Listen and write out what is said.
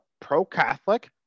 pro-Catholic